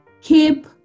Keep